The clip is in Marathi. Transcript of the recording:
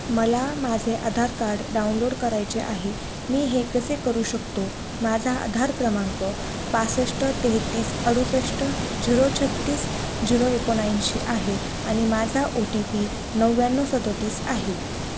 मला माझे आधार कार्ड डाउनलोड करायचे आहे मी हे कसे करू शकतो माझा आधार क्रमांक पासष्ट तेहतीस अडुसष्ट झिरो छत्तीस झिरो एकोणऐंशी आहे आणि माझा ओ टी पी नव्याण्णव सदोतीस आहे